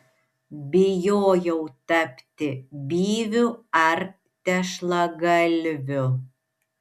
bijojau tapti byviu ar tešlagalviu